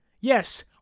Yes